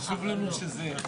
הישיבה ננעלה בשעה